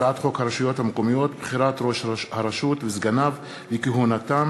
הצעת חוק הרשויות המקומיות (בחירת ראש הרשות וסגניו וכהונתם)